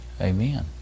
Amen